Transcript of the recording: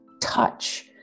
touch